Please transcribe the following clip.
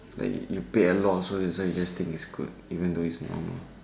then you you pay a lot also that's why you think it's good even thought it's normal